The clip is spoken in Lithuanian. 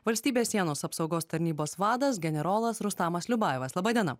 valstybės sienos apsaugos tarnybos vadas generolas rustamas liubajevas laba diena